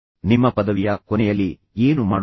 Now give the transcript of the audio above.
ನಿಮ್ಮ ಪದವಿ ಮತ್ತು ಪದವಿಯ ಕೊನೆಯಲ್ಲಿ ನೀವು ಏನು ಮಾಡುತ್ತೀರಿ